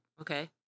okay